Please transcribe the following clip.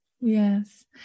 yes